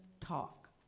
talk